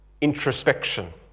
introspection